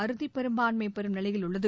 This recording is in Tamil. அறுதிப்பெரும்பான்மை பெறும் நிலையில் உள்ளது